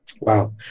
Wow